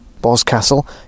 Boscastle